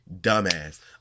dumbass